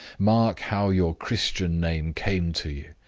mark how your christian name came to you,